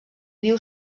viu